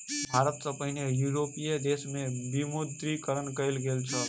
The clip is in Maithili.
भारत सॅ पहिने यूरोपीय देश में विमुद्रीकरण कयल गेल छल